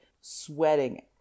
sweating